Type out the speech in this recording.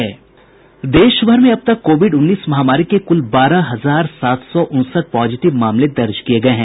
वहीं देशभर में अब तक कोविड़ उन्नीस महामारी के कुल बारह हजार सात सौ उनसठ पॉजिटिव मामले दर्ज किए गए हैं